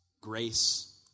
Grace